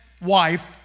wife